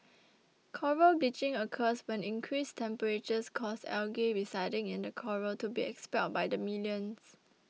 coral bleaching occurs when increased temperatures cause algae residing in the coral to be expelled by the millions